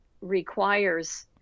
requires